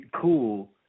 cool